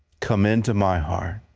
come into my heart